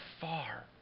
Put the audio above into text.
far